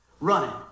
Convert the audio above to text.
running